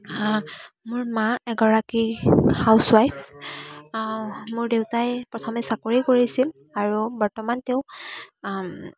মোৰ মা এগৰাকী হাউছৱাইফ মোৰ দেউতাই প্ৰথমে চাকৰি কৰিছিল আৰু বৰ্তমান তেওঁ